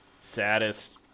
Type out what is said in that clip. saddest